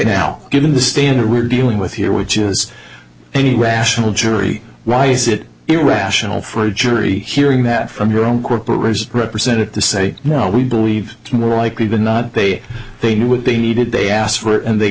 right now given the standard we're dealing with here which is any rational jury why is it irrational for a jury hearing that from your own corporate represented to say no we believe it's more likely than not they they knew what they needed they asked for and they